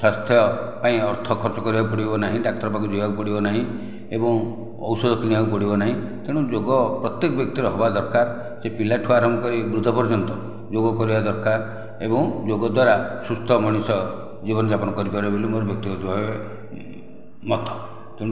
ସ୍ୱାସ୍ଥ୍ୟ ପାଇଁ ଅର୍ଥ ଖର୍ଚ କରିବାକୁ ପଡ଼ିବ ନାହିଁ ଡାକ୍ତର ପାଖକୁ ଯିବାକୁ ପଡ଼ିବ ନାହିଁ ଏବଂ ଔଷଧ କିଣିବାକୁ ପଡ଼ିବ ନାହିଁ ତେଣୁ ଯୋଗ ପ୍ରତ୍ୟେକ ବ୍ୟକ୍ତିର ହେବା ଦରକାର ସେ ପିଲାଠୁ ଆରମ୍ଭ କରି ବୃଦ୍ଧ ପର୍ଯ୍ୟନ୍ତ ଯୋଗ କରିବା ଦରକାର ଏବଂ ଯୋଗ ଦ୍ୱାରା ସୁସ୍ଥ ମଣିଷ ଜୀବନ ଯାପନ କରି ପାରିବ ବୋଲି ମୋର ବ୍ୟକ୍ତିଗତ ଭାବେ ମତ ତେଣୁ